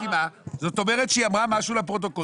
זאת אומרת שהיא אמרה משהו לפרוטוקול.